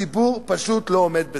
הציבור פשוט לא עומד בזה.